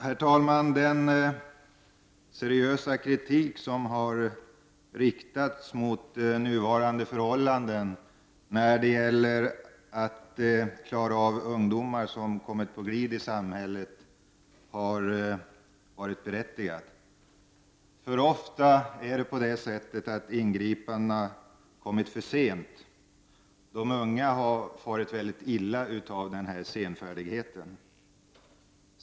Herr talman! Den seriösa kritik som har riktats mot nuvarande förhållanden när det gäller ungdomar som har kommit på glid i samhället har varit berättigad. För ofta har ingripandena kommit för sent. De unga har farit illa av denna senfärdighet.